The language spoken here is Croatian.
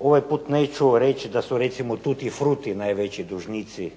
Ovaj put neću reći da su recimo "Tuti fruti" najveći dužnici,